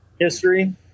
history